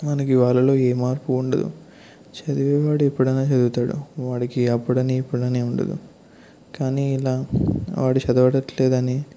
మనకి వాళ్ళలో ఏ మార్పు ఉండదు చదివే వాడు ఎప్పుడైనా చదువుతాడు వాడికి అప్పుడని ఇప్పుడని ఏం ఉండదు కానీ ఇలా వాడు చదవడట్లేదని